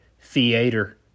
Theater